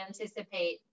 anticipate